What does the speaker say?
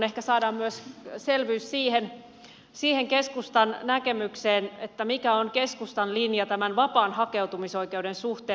ehkä saadaan myös selvyys siihen keskustan näkemykseen mikä on keskustan linja vapaan hakeutumisoikeuden suhteen